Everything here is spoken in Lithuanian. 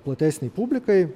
platesnei publikai